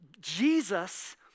Jesus